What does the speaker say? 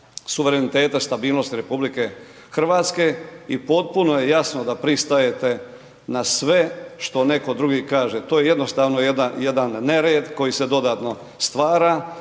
suvereniteta, stabilnosti RH i potpuno je jasno da pristajete na sve što netko drugi kaže. To je jednostavno jedan nered koji se dodatno stvara,